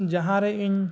ᱡᱟᱦᱟᱸᱨᱮ ᱤᱧ